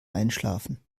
einschlafen